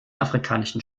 afrikanischen